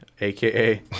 aka